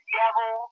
devil